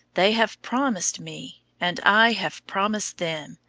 they have promised me, and i have promised them,